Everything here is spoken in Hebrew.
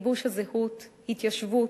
גיבוש הזהות, התיישבות,